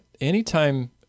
anytime